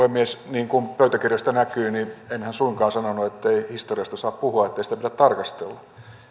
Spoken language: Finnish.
niin kuin pöytäkirjasta näkyy enhän suinkaan sanonut ettei historiasta saa puhua eikä sitä pidä tarkastella